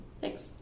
thanks